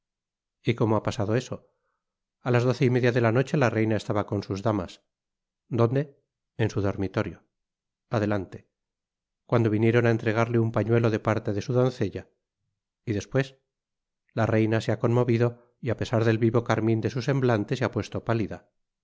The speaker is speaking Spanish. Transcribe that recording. y como ha pasado eso a las doce y media de la noche la reina estaba con sus damas donde en su dormitorio adelante cuando vinieron á entregarle un pañuelo de parte de sn doncella y despues la reina se ha conmovido y á pesar del vivo carmín de su semblante se ha puesto pálida